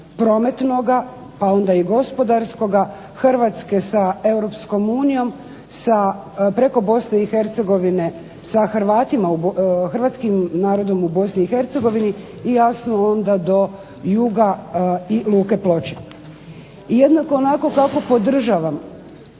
prometnoga pa onda i gospodarskoga, Hrvatske sa Europskom unijom, preko Bosne i Hercegovine sa Hrvatskim narodom u BIH i jasno onda do juga i luke Ploče. I jednako onako kako podržavam